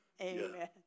amen